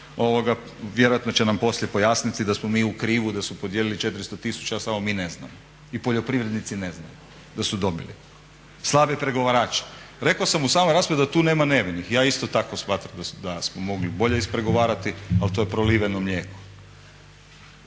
vjerojatno će nam poslije pojasniti da smo mi u krivu, da su podijelili 400 tisuća, samo mi ne znamo i poljoprivrednici ne znaju da su dobili. Slabi pregovarači. Rekao sam u samoj raspravi da tu nema nevinih. Ja isto tako smatram da smo mogli bolje ispregovarati ali to je proliveno mlijeko.